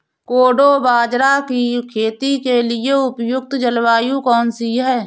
कोडो बाजरा की खेती के लिए उपयुक्त जलवायु कौन सी है?